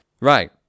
Right